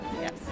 Yes